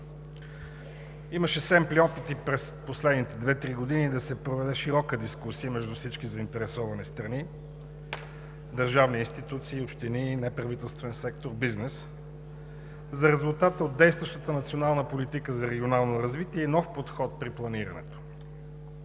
Имаше семпли опити през последните две-три години да се проведе широка дискусия между всички заинтересовани страни, държавни институции, общини, неправителствен сектор, бизнес за резултата от действащата национална политика за регионално развитие и нов подход при планирането.